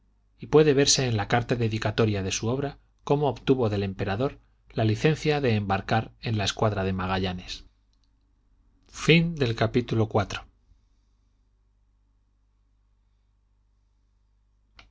y puede verse en la carta dedicatoria de su obra cómo obtuvo del emperador la licencia de embarcar en la escuadra de magallanes